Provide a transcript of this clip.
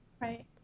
Right